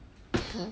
ha